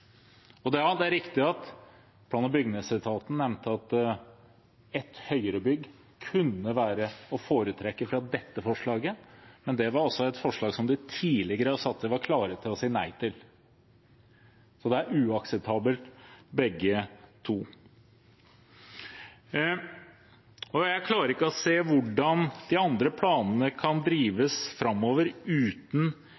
Det er riktig at plan- og bygningsetaten nevnte at et høyere bygg kunne være å foretrekke foran dette forslaget, men det var et forslag som de tidligere har sagt de var klare til å si nei til. De er uakseptable, begge to. Jeg klarer ikke å se hvordan de andre planene kan